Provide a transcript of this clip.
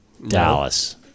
Dallas